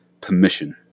permission